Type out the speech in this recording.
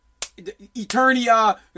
Eternia